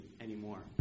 anymore